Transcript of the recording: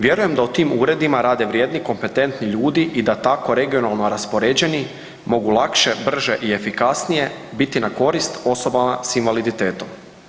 Vjerujem da u tim uredima rade vrijedni i kompetentni ljudi i da tako regionalno raspoređeni mogu lakše, brže i efikasnije biti na korist osobama s invaliditetom.